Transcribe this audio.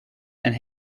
and